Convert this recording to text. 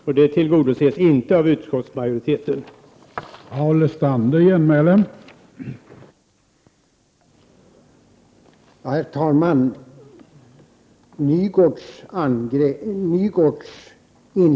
Men detta tillgodoses inte i utskottsmajoritetens förslag.